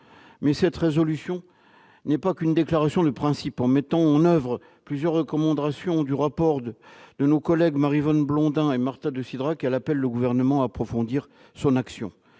de résolution n'est pas qu'une déclaration de principes. En mettant en oeuvre plusieurs recommandations du rapport de nos collègues Maryvonne Blondin et Marta de Cidrac, elle appelle le Gouvernement à approfondir son action.